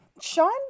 Sean